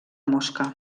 mosca